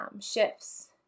shifts